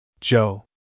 Joe